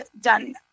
done